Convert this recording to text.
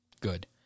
Good